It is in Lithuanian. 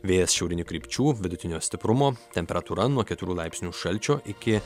vėjas šiaurinių krypčių vidutinio stiprumo temperatūra nuo keturių laipsnių šalčio iki